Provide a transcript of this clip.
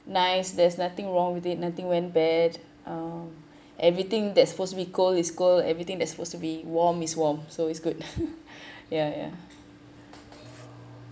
nice there's nothing wrong with it nothing went bad um everything that supposed to be cold is cold everything that supposed to be warm is warm so it's good ya ya